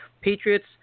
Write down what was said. Patriots